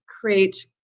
create